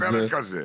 לא בפרק הזה.